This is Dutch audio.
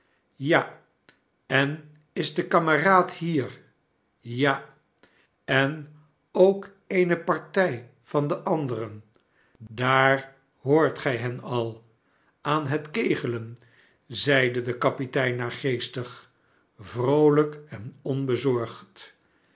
ja en is de kameraad hier ja en ook eene partij van de anderen daar hoort gij hen al aan het kegelen zeide de kapitein naargeestig vroolijk en onbezorgd